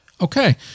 Okay